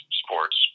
sports